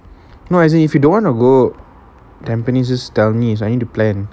no as in if you don't want to go tampines just tell me cause I need to plan